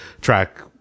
track